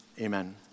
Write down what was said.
Amen